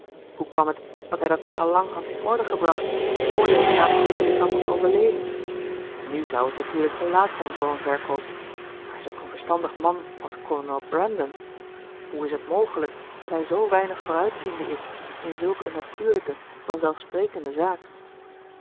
hoe kwam het dat hij dat niet al lang had in orde gebracht vr deze laatste predikant was overleden nu zou het natuurlijk te laat zijn voor een verkoop maar zulk een verstandig man als kolonel brandon hoe is t mogelijk dat hij zoo weinig vooruitziende is in zulk een natuurlijke van zelf sprekende zaak